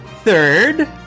Third